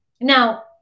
Now